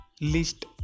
list